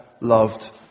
loved